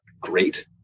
great